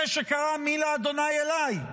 זה שקרא: מי לה' אליי.